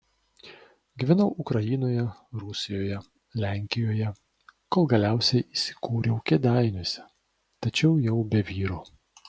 gyvenau ukrainoje rusijoje lenkijoje kol galiausiai įsikūriau kėdainiuose tačiau jau be vyro